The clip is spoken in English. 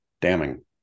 damning